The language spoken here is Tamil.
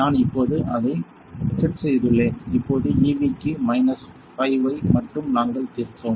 நான் இப்போது அதை செட் செய்துள்ளேன் இப்போது EV க்கு மைனஸ் 5 ஐ மட்டும் நாங்கள் தீர்த்தோம்